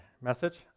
message